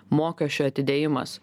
mokesčių atidėjimas